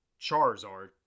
Charizard